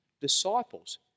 disciples